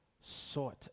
sought